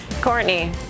Courtney